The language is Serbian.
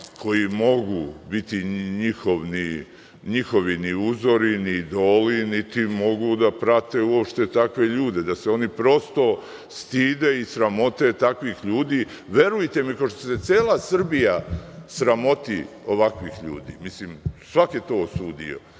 koji mogu biti njihovi ni uzori, ni idoli, niti mogu da prate uopšte takve ljude, da se oni prosto stide i sramote takvih ljudi, verujte mi, kao što se cela Srbija sramoti ovakvih ljudi. Svako je to osudio